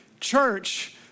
church